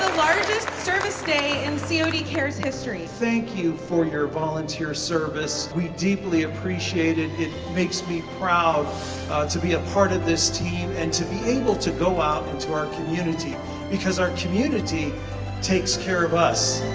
largest service day in cod cares history. thank you for your volunteer service, we deeply appreciate it, it makes me proud to be a part of this team and to be able to go out into our community because our community takes care of us.